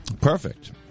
perfect